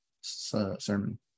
Sermon